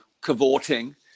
cavorting